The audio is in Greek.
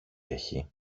έχει